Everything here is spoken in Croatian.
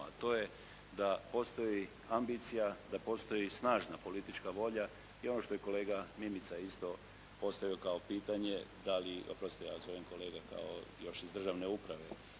a to je da postoji ambicija, da postoji snažna politička volja i ono što je kolega Mimica isto postavio kao pitanje, da li, oprostite ja vas zovem kolega kao još iz državne uprave.